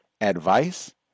advice